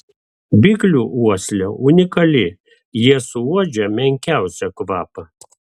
biglių uoslė unikali jie suuodžia menkiausią kvapą